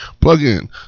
plug-in